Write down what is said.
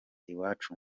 iwacu